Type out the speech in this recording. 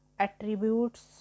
attributes